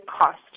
cost